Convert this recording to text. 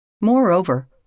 Moreover